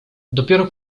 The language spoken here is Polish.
dopiero